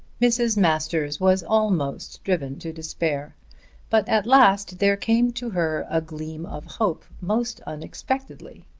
mrs. masters was almost driven to despair but at last there came to her a gleam of hope, most unexpectedly.